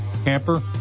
camper